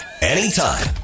anytime